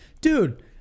Dude